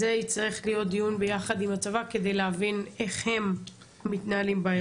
זה יצטרך להיות דיון ביחד עם הצבא כדי להבין איך הם מתנהלים באירוע.